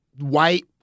White